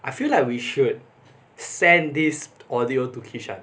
I feel like we should send this audio to kishan